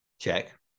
check